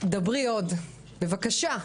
דברי עוד בבקשה,